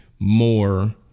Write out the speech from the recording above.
more